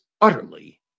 utterly